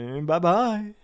bye-bye